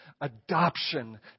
Adoption